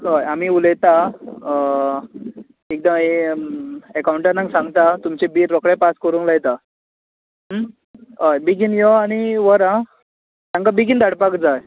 हय आमी उलयता एकदां हें एकाव्णटण्टाक सांगता तुमचें बील रोखडें पास करूंक लायतां अं बेगीन यो आनी व्हर आं तांकां बेगीन धाडपाक जाय